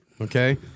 okay